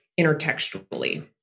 intertextually